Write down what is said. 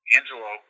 Angelo